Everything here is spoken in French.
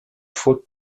fort